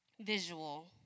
visual